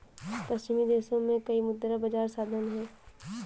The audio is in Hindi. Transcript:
पश्चिमी देशों में कई मुद्रा बाजार साधन हैं